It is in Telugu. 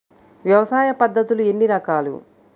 వ్యవసాయ పద్ధతులు ఎన్ని రకాలు?